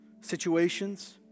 situations